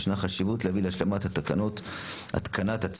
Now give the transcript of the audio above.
ישנה חשיבות להביא להשלמת התקנת הצו